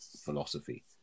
philosophy